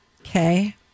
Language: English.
Okay